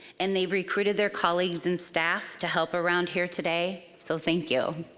and they've recruited their colleagues and staff to help around here today. so thank you.